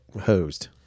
hosed